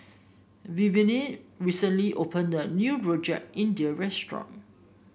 Vivienne recently opened a new Rojak India restaurant